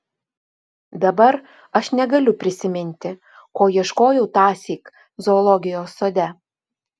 dabar aš negaliu prisiminti ko ieškojau tąsyk zoologijos sode